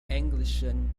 englischen